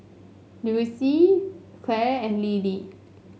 Louise Clare and Lillie